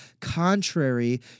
contrary